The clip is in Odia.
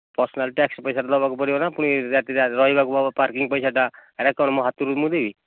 ପର୍ଶନାଲ୍ ଟାସ୍କ ପଇସା ଦେବାକୁ ପଡ଼ିବ ନା ଫୁଣି ରାତିରେ ରହିବାକୁ ହେବ ପାର୍କିଂ ପାଇଁ ସେଟା ସେରା କ'ଣ ମୋ ହାତରୁ ମୁଁ ଦେବି